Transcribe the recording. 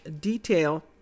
detail